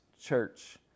church